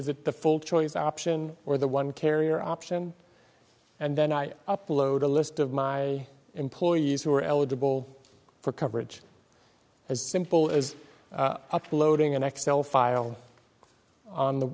is it the full choice option or the one carrier option and then i upload a list of my employees who are eligible for coverage as simple as uploading an x l file on